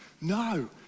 No